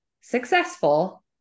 successful